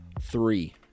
three